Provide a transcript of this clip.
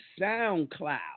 SoundCloud